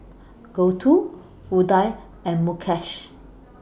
Gouthu Udai and Mukesh